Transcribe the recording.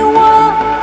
walk